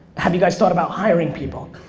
have you guys thought about hiring people?